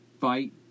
Fight